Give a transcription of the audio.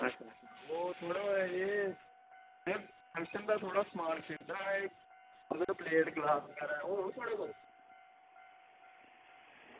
अच्छा अच्छा ओह् थुआढ़े एह् में थोह्ड़ा फंक्शन दा थोह्ड़ा समान खरीदना हा एह् गलास प्लेट बगैरा होग एह् थुआढ़े कोल